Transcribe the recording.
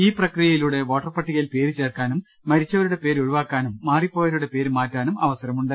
ഈ പ്രക്രിയയിലൂടെ വോട്ടർ പട്ടികയിൽ പേര് ചേർക്കാനും മരിച്ചവരുടെ പേര് ഒഴിവാക്കാനും മാറിപ്പോയവരുടെ പേര് മാറ്റാനും അവസരമു ണ്ട്